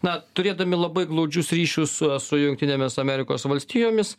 na turėdami labai glaudžius ryšius su su jungtinėmis amerikos valstijomis